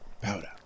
powder